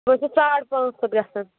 سُہ حظ چھُ ساڑ پانٛژ ہتھ گَژھان